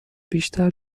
بیشتر